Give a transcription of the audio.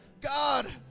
God